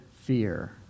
fear